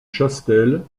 chastel